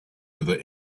other